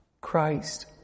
Christ